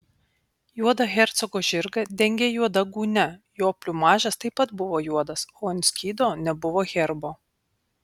juodą hercogo žirgą dengė juoda gūnia jo pliumažas taip pat buvo juodas o ant skydo nebuvo herbo